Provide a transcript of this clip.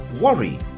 worry